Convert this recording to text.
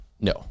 No